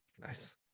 nice